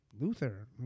Luther